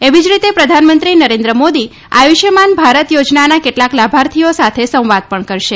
એવી જ રીતે પ્રધાનમંત્રી નરેન્દ્ર મોદી આયુષ્માન ભારત યોજનાના કેટલાક લાભાર્થીઓ સાથે સંવાદ પણ કરશે